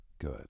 good